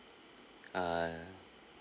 uh